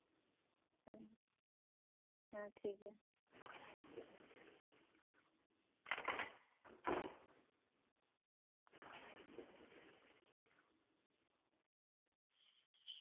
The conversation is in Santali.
ᱦᱮᱸ ᱦᱮᱸ ᱴᱷᱤᱠᱜᱮᱭᱟ